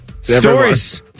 stories